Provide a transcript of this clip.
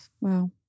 Wow